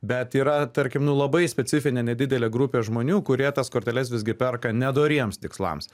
bet yra tarkim nu labai specifinė nedidelė grupė žmonių kurie tas korteles visgi perka nedoriems tikslams